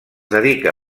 dedica